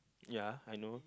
ya I know